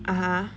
(uh huh)